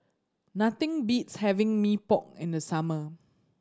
nothing beats having Mee Pok in the summer